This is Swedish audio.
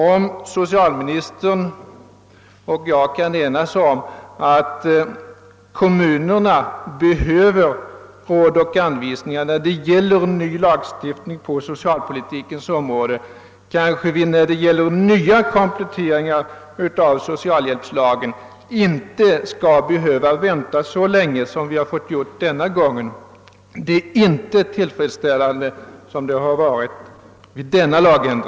Om socialministern och jag kan enas om att kommunerna är i behov av råd och anvisningar när det gäller ny lagstiftning på socialpolitikens område, så kanske väntetiden inte skall behöva bli så lång vid andra kompletteringar av socialhjälpslagen som fallet varit denna gång. Förhållandena härvidlag i samband med denna lagändring har inte varit tillfredsställande.